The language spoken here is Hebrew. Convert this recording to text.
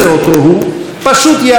פשוט ייעלם מן העיר,